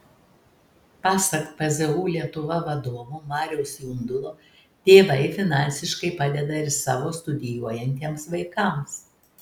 pasak pzu lietuva vadovo mariaus jundulo tėvai finansiškai padeda ir savo studijuojantiems vaikams